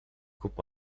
kup